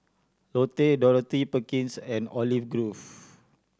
Lotte Dorothy Perkins and Olive Grove